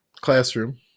classroom